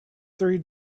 three